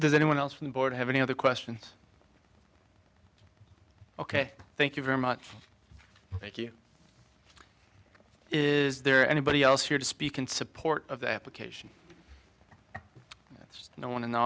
does anyone else from the board have any other questions ok thank you very much thank you is there anybody else here to speak in support of the application that's no one in the